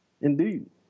Indeed